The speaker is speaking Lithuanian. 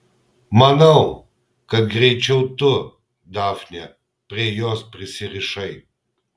manau kad greičiau tu dafne prie jos prisirišai